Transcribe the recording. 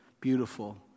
beautiful